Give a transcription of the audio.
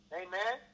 amen